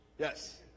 Yes